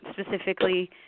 specifically